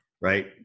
right